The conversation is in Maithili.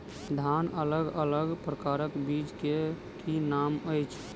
धान अलग अलग प्रकारक बीज केँ की नाम अछि?